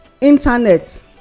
internet